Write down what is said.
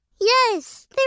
Yes